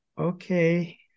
okay